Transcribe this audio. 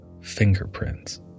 fingerprints